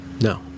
No